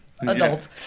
adult